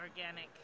organic